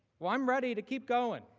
well i am ready to keep going.